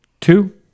two